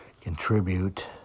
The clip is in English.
contribute